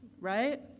right